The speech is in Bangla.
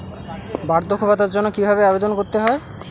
বার্ধক্য ভাতার জন্য কিভাবে আবেদন করতে হয়?